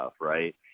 right